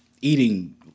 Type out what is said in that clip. eating